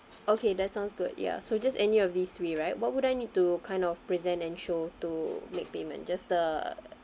okay that sounds good ya so just any of these three right what would I need to kind of present and show to make payment just the